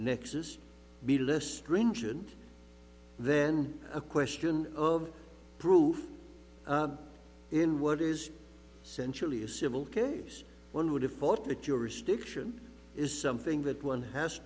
nix's be less stringent then a question of proof in what is essentially a civil case one would have thought that jurisdiction is something that one has